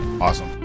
Awesome